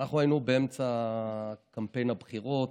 אנחנו היינו באמצע קמפיין הבחירות.